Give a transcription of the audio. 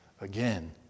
again